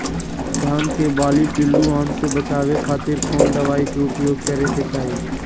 धान के बाली पिल्लूआन से बचावे खातिर कौन दवाई के उपयोग करे के चाही?